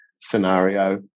scenario